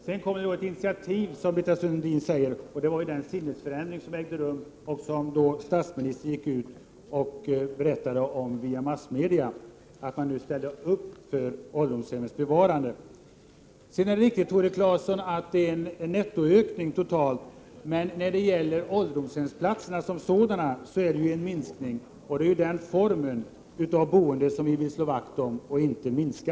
Sedan kom ett initiativ, som Britta Sundin säger — dvs. den sinnesförändring som ägde rum och som statsministern berättade om via massmedierna, innebärande att socialdemokraterna nu ställer sig bakom ett bevarande av ålderdomshemmen. Sedan är det riktigt, Tore Claeson, att det nu blir en nettoökning totalt, men det blir en minskning av ålderdomshemsplatserna, och det är den formen av boende vi vill slå vakt om och inte minska.